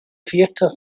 theater